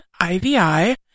IVI